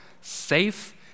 safe